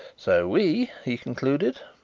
so we, he concluded,